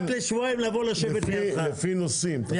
אחת לשבועיים לבוא לשבת לידך.